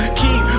keep